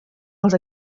els